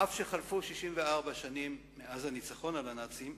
אף שחלפו 64 שנים מאז הניצחון על הנאצים,